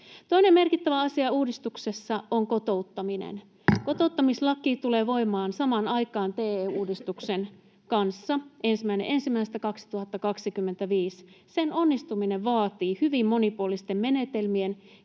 Toinen merkittävä asia uudistuksessa on kotouttaminen. Kotouttamislaki tulee voimaan samaan aikaan TE-uudistuksen kanssa 1.1.2025. Sen onnistuminen vaatii hyvin monipuolisten menetelmien